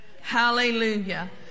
Hallelujah